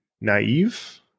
naive